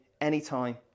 anytime